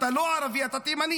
אתה לא ערבי, אתה תימני.